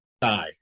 die